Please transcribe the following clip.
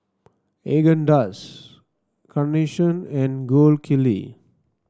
Haagen Dazs Carnation and Gold Kili